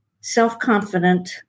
self-confident